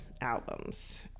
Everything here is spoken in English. albums